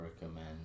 recommend